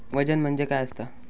वजन म्हणजे काय असता?